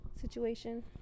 Situation